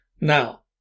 Now